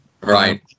Right